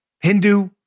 Hindu